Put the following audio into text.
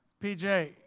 PJ